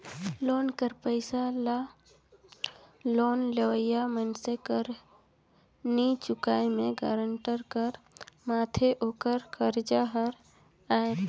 loan कर पइसा ल लोन लेवइया मइनसे कर नी चुकाए में गारंटर कर माथे ओकर करजा हर आएल